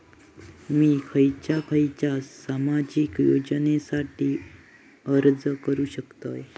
मी खयच्या खयच्या सामाजिक योजनेसाठी अर्ज करू शकतय?